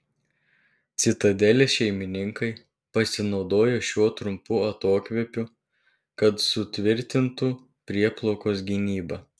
citadelės šeimininkai pasinaudojo šiuo trumpu atokvėpiu kad sutvirtintų prieplaukos gynybą